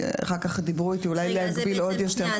דיברו איתי, אולי להגביל עוד יותר.